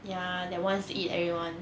ya that wants to eat everyone